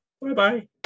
Bye-bye